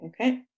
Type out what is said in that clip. Okay